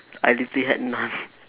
I literally had none